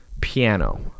piano